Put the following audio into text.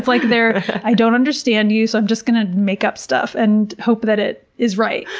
like they're, i don't understand you. so i'm just going to make up stuff and hope that it is right.